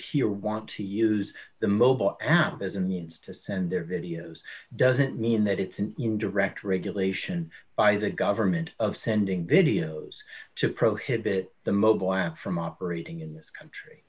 here want to use the mobile app as a means to send their videos doesn't mean that it's an indirect regulation by the government of sending videos to prohibit the mobile app from operating in this country